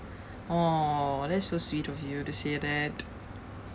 !aww! that's so sweet of you to say that